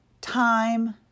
time